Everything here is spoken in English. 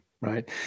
right